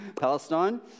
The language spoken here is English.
Palestine